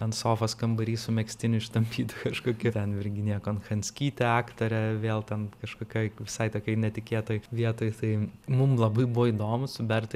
ant sofos kambary su megztiniu ištampytu kažkokiu ten virginija konchanskytė aktorė vėl ten kažkokioj visai tokioj netikėtoj vietoj tai mum labai buvo įdomu su berta